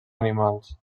animals